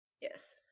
Yes